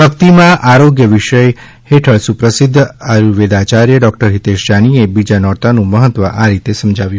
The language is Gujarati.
ભક્તિ માં આરોગ્ય વિષય હેઠળ સુપ્રસિધ્ધ આયુર્વેદાયાર્ય ડોક્ટર હિતેશ જાની એ બીજા નોરતાનું મહત્વ આ રીતે સમજાવ્યું